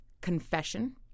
confession